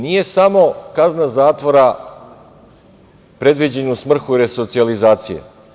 Nije samo kazna zatvora predviđena u svrhu resocijalizacije.